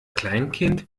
kleinkind